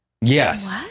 Yes